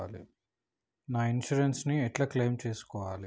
నా ఇన్సూరెన్స్ ని ఎట్ల క్లెయిమ్ చేస్కోవాలి?